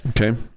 Okay